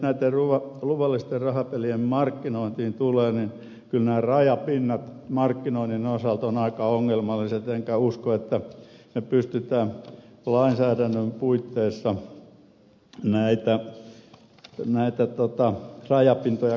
mitä näitten luvallisten rahapelien markkinointiin tulee niin kyllä nämä rajapinnat markkinoinnin osalta ovat aika ongelmalliset enkä usko että niitä pystytään lainsäädännön puitteissa tarkasti määrittelemään